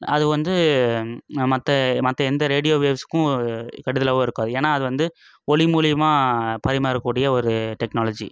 அது வந்து மற்ற மற்ற எந்த ரேடியோ வேவ்ஸ்க்கும் கெடுதலாகவும் இருக்காது ஏன்னால் அது வந்து ஒளி மூலிமா பரிமாறக்கூடிய ஒரு டெக்னாலஜி